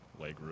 Legroom